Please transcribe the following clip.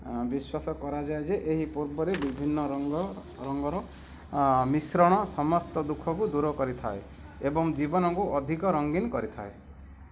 ବିଶ୍ୱାସ କରାଯାଏ ଯେ ଏହି ପର୍ବରେ ବିଭିନ୍ନ ରଙ୍ଗର ମିଶ୍ରଣ ସମସ୍ତ ଦୁଃଖକୁ ଦୂର କରିଥାଏ ଏବଂ ଜୀବନକୁ ଅଧିକ ରଙ୍ଗୀନ କରିଥାଏ